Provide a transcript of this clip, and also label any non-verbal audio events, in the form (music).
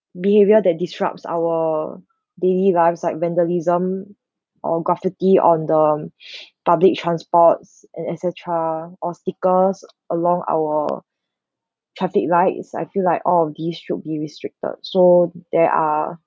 behaviour that disrupts our daily lives like vandalism or graffiti on the (breath) public transports and et cetera obstacles along our traffic lights I feel like all of these should be restricted so there are